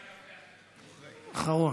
אחרון.